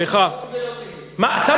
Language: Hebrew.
סליחה, והיא לא תקום ולא תהיה.